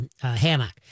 hammock